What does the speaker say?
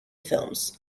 films